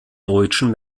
deutschen